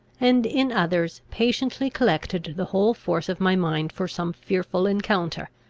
and in others patiently collected the whole force of my mind for some fearful encounter.